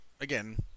again